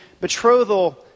betrothal